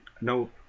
no